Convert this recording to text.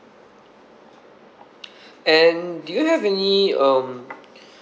and do you have any um